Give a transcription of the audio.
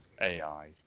AI